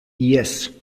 yes